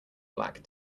black